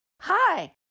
Hi